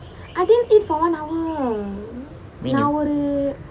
really